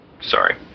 Sorry